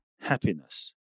happiness